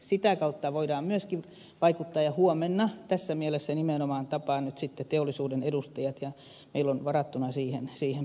sitä kautta voidaan myöskin vaikuttaa ja huomenna tässä mielessä nimenomaan tapaan nyt sitten teollisuuden edustajat ja meillä on varattuna pitkä aika siihen keskusteluun